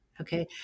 Okay